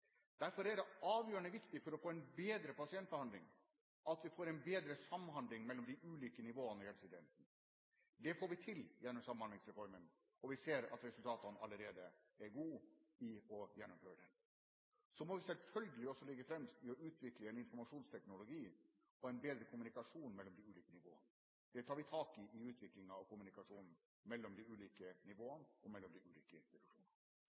Derfor er det avgjørende viktig for å få en bedre pasientbehandling at vi får en bedre samhandling mellom de ulike nivåene i helsetjenesten. Det får vi til gjennom Samhandlingsreformen, og vi ser at resultatene allerede er gode når det gjelder å gjennomføre den. Så må vi selvfølgelig også ligge fremst i å utvikle en informasjonsteknologi, få en bedre kommunikasjon mellom de ulike nivåer. Det tar vi tak i i forbindelse med utviklingen av kommunikasjonen mellom de ulike nivåene og mellom de ulike institusjonene.